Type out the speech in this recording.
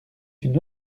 une